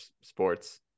sports